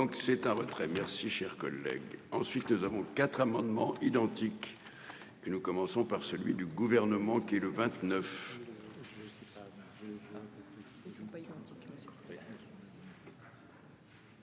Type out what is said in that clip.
donc c'est un retrait. Merci cher collègue. Ensuite nous avons quatre amendements identiques. Que nous commençons par celui du gouvernement qui est le 29.